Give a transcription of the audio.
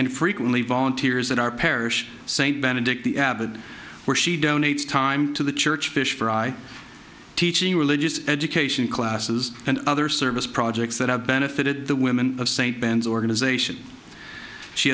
and frequently volunteers at our parish st benedict the avid where she donates time to the church fish fry teaching religious education classes and other service projects that have benefited the women of st ben's organization she